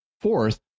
Fourth